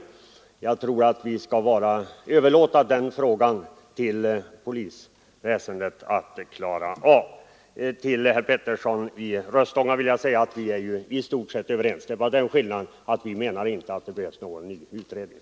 Jag tror att vi bör överlåta sådana frågor till polisväsendet att klara av. Med herr Petersson i Röstånga är jag i stort sett överens. Skillnaden är bara den att jag inte tycker att det behövs någon ny utredning.